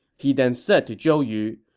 he then said to zhou yu,